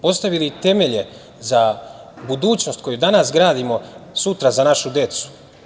Postavili temelje za budućnost koju danas gradimo sutra za našu decu.